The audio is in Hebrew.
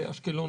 באשקלון,